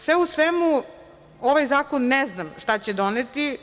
Sve u svemu, ovaj zakon ne znam šta će doneti.